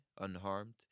unharmed